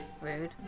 rude